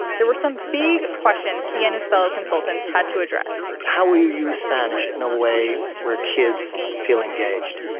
there were some big questions he and his fellow consultants had to address how would you use spanish in a way where kids feel engaged?